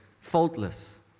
faultless